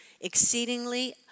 exceedingly